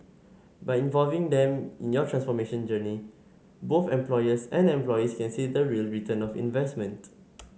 by involving them in your transformation journey both employers and employees can see the real return of investment